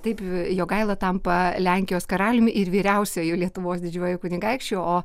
taip jogaila tampa lenkijos karaliumi ir vyriausiuoju lietuvos didžiuoju kunigaikščiu o